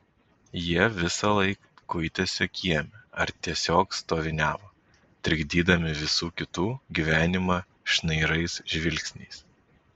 jie visąlaik kuitėsi kieme ar tiesiog stoviniavo trikdydami visų kitų gyvenimą šnairais žvilgsniais